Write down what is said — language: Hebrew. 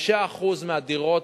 5% מהדירות,